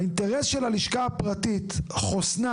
האינטרס של הלשכה הפרטית, חוסנה